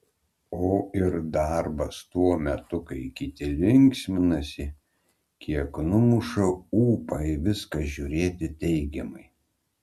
o ir darbas tuo metu kai kiti linksminasi kiek numuša ūpą į viską žiūrėti teigiamai